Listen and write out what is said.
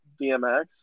DMX